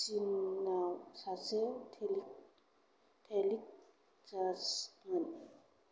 सिजनाव सासे टेलिक जाजमोन